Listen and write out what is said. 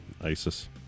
ISIS